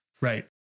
Right